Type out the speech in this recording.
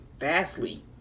vastly